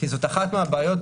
כי זאת אחת מהבעיות,